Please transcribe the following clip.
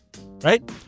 Right